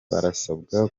barasabwa